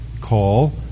call